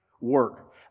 work